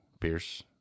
Pierce